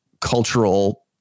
cultural